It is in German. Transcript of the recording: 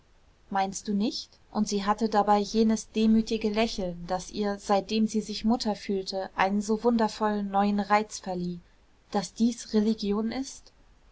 meinst du nicht und sie hatte dabei jenes demütige lächeln das ihr seitdem sie sich mutter fühlte einen so wundervollen neuen reiz verlieh daß dies religion ist